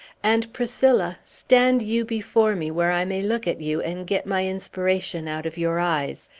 and, priscilla, stand you before me, where i may look at you, and get my inspiration out of your eyes.